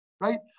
right